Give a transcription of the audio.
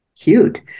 cute